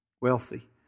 Wealthy